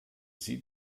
sie